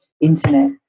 internet